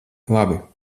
labi